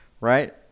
right